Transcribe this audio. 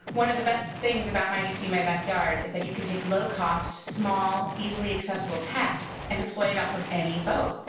one of the best things about my deep sea, my backyard, is that you can take low-cost, small, easily accessible tech, and deploy it off of any boat,